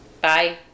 Bye